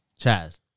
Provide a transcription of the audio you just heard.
Chaz